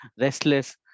restless